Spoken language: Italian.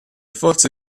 forze